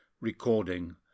Recording